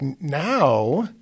now